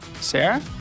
Sarah